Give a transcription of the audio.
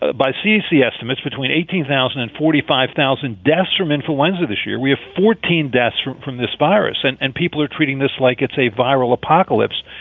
ah by c s. estimates, between eighteen thousand, and forty five thousand deaths from influenza this year. we have fourteen deaths from from this virus. and and people are treating this like it's a viral apocalypse.